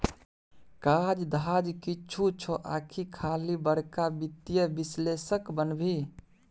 काज धाज किछु छौ आकि खाली बड़का वित्तीय विश्लेषक बनभी